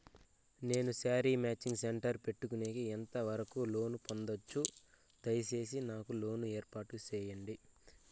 నేను sari matching centre పెట్టుకునేకి ఎంత వరకు లోను పొందొచ్చు? దయసేసి నాకు లోను ఏర్పాటు సేయండి?